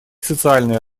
социальное